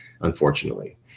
unfortunately